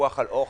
פיקוח על אוכל,